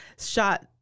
shot